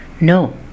No